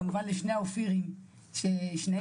כמובן לשני האופירים ששניהם,